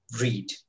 read